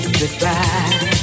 goodbye